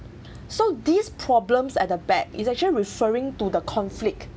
so these problems at the back is actually referring to the conflict